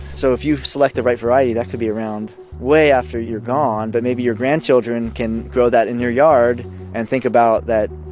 so if you select the right variety that could be around way after you're gone, but maybe your grandchildren can grow that in your yard and think about that,